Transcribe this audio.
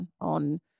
on